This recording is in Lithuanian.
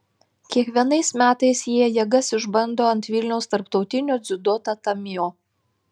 kiekvienais metais jie jėgas išbando ant vilniaus tarptautinio dziudo tatamio